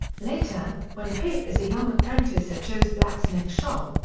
later, when pip is a young apprentice at joe's blacksmith shop,